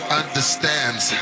understands